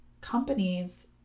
companies